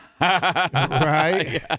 right